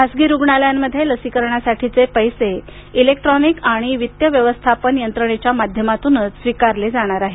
खासगी रुग्णालयांमध्ये लसीकरणासाठीचे पैसे इलेक्ट्रॉनिक आणि वित्त व्यवस्थापन यंत्रणेच्या माध्यमातूनच स्वीकारले जाणार आहेत